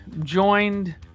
joined